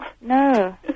no